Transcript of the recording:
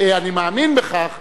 אני מאמין בכך,